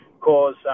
cause